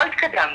לא התקדמנו.